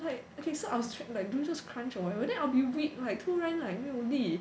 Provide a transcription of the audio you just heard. like okay so I was tried like do you just crunch or whatever then I'll be weak like 突然 like 没有力